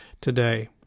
today